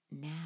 now